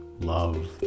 love